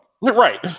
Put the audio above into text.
Right